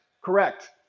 correct